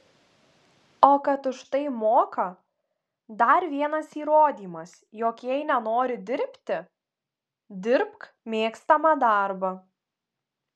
o kad už tai moka dar vienas įrodymas jog jei nenori dirbti dirbk mėgstamą darbą